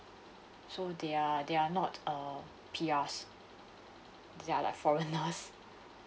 so they are they are not uh P_Rs they're like foreigners